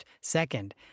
Second